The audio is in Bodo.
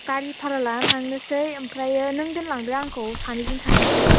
गारि भारा लानानै थांनोसै ओमफ्रायो नों दोनलांदो आंखौ सानैजों थांनोसै